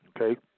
Okay